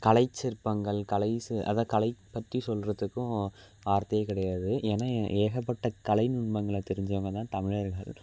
கலைச் சிற்பங்கள் கலை அதுதான் கலை பற்றி சொல்கிறதுக்கும் வார்த்தையே கிடயாது ஏன்னால் ஏ ஏகப்பட்ட கலை நுட்மங்கள தெரிஞ்சவங்க தான் தமிழர்கள்